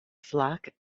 flock